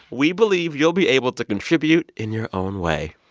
we believe you'll be able to contribute in your own way.